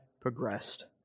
progressed